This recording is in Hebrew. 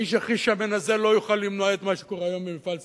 האיש הכי שמן הזה לא יוכל למנוע את מה שקורה היום במפעל "סלינה".